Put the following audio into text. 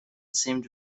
seemed